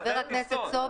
לכן אין טיסות.